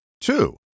Two